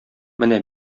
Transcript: менә